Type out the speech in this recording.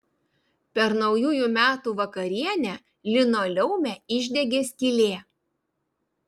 per naujųjų metų vakarienę linoleume išdegė skylė